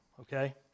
Okay